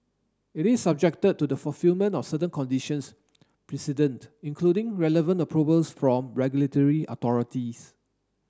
it is subjected to the fulfilment of certain conditions precedent including relevant approvals from regulatory authorities